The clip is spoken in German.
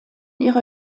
ihrer